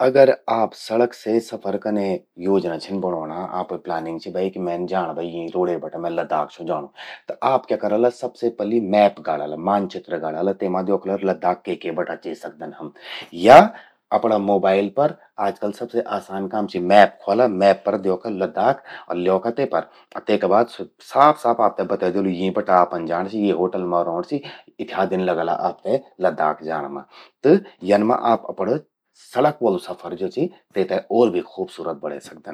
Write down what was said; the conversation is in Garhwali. अगर आप सड़के से सफर कनै योजना छिन बणौंणा। आपे प्लानिंग चि भई कि मैन जाण भई यीं रोड़े बटा मैं लद्दाख छूं जाणू। त आप क्या करला, सबसे पलि मैप गाड़ला, मानचित्र गाड़ला। तेमा द्योखला लद्दाख के के बटा जे सकदन हम। या अपणा मोबाइल पर आजकल सबसे आसान काम चि मैप ख्वोला। मैप पर द्योखा लद्दाख अर ल्योखा ते पर अर तेका बाद स्वो साफ साफ आपते बतै द्योलु, यीं बटा आपन जाण चि, ये होटल मां रौंण चि, इथ्या दिन लगला आपते लद्दाख जाण मां। त यन मां आप अपणू सड़क वलु सफर ज्वो चि, तेते ओर भी खूबसूरत बणे सकदन।